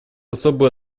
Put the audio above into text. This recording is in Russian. особую